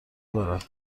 دارد